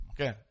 Okay